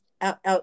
Out